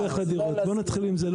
בוא נתחיל עם זה.